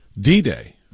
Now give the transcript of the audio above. D-Day